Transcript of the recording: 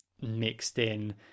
mixed-in